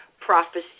prophecy